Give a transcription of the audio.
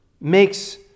makes